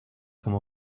como